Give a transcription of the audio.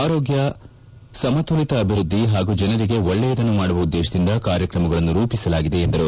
ಆರೋಗ್ಯ ಸಮತೋಲಿತ ಸ ಅಭಿವೃದ್ಧಿ ಹಾಗೂ ಜನರಿಗೆ ಒಳ್ಳೆಯದನ್ನು ಮಾಡುವ ಉದ್ದೇಶದಿಂದ ಕಾರ್ಯಕ್ರಮಗಳನ್ನು ರೂಪಿಸಲಾಗಿದೆ ಎಂದರು